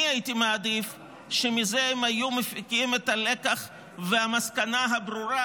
אני הייתי מעדיף שמזה הם היו מפיקים את הלקח והמסקנה הברורה,